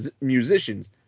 musicians